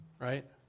Right